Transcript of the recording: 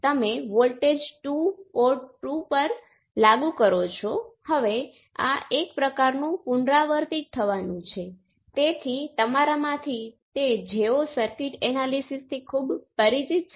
એ જ રીતે g12 એ g21 બરાબર છે z12 એ z21 y12 એ y21 h12 એ h21 અને g12 એ g21 છે